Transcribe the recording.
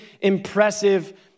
impressive